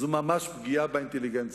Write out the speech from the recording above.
זו ממש פגיעה באינטליגנציה.